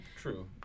true